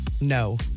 No